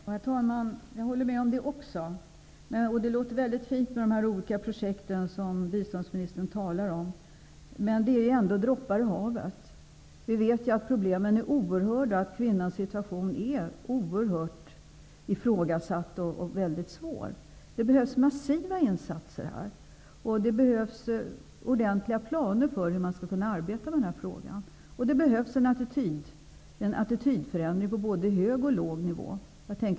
Herr talman! Jag håller med om det statsrådet har sagt. Det låter fint med de projekt som biståndsministern talar om. Men det här är ändå droppar i havet. Vi vet att det här är ett oerhört problem och att kvinnans situation är ifrågasatt och svår. Det behövs massiva insatser. Det behövs ordentliga planer för hur man skall arbeta med frågan. Det behövs en attitydförändring på både hög och låg nivå.